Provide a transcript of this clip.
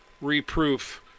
reproof